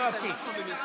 כי הוא אמר לתמוך.